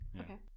okay